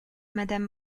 madame